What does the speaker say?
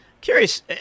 Curious